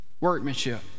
workmanship